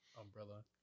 umbrella